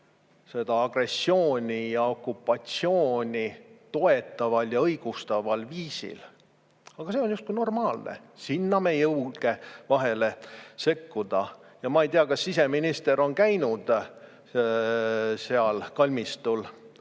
seda agressiooni ja okupatsiooni toetaval ja õigustaval viisil. Aga see on justkui normaalne, sinna me ei julge vahele sekkuda. Ja ma ei tea, kas siseminister on käinud seal kalmistul.